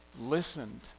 listened